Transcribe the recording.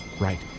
Right